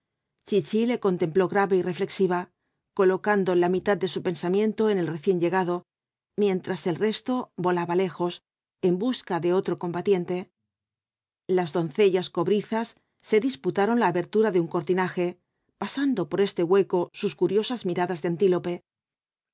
chichi le contempló grave y reflexiva colocando la mitad de su pensamiento en el recién llegado mientras el resto volaba lejos en busca de otro combatiente las doncellas cobrizas se disputaron la abertura de un cortinaje pasando por este hueco sus curiosas miradas de antílope